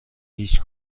هیچ